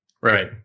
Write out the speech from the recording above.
Right